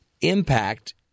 impact